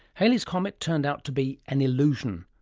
halley's comet turned out to be an illusion,